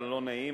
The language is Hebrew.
הלא-נעים,